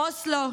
אוסלו,